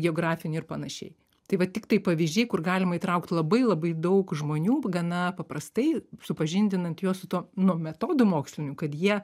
geografinių ir panašiai tai va tiktai pavyzdžiai kur galima įtraukti labai labai daug žmonių gana paprastai supažindinant juos su tuo nu metodu moksliniu kad jie